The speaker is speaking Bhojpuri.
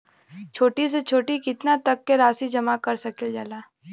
छोटी से छोटी कितना तक के राशि जमा कर सकीलाजा?